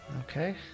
Okay